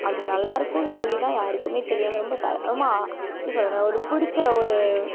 அது நல்லாயிருக்கும்னு சொல்லி தான் யாருக்கும் தெரியாமல் ரொம்ப எப்படி சொல்கிறது ஒரு பிடிச்ச ஒரு